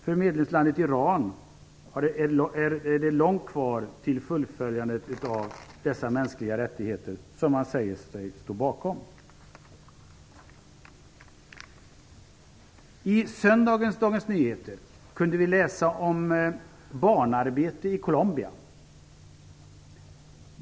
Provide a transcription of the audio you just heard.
För medlemslandet Iran är det långt kvar till fullföljandet av dessa mänskliga rättigheter, som man säger sig stå bakom. I söndagens Dagens Nyheter kunde vi läsa om barnarbete i Colombia.